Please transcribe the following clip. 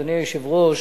אדוני היושב-ראש,